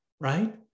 right